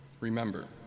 Remember